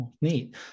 Neat